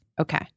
Okay